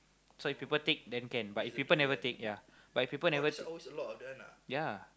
so if people take then can but if people never take ya but if people never ya